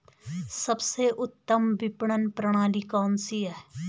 सबसे उत्तम विपणन प्रणाली कौन सी है?